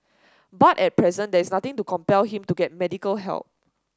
but at present there is nothing to compel him to get medical help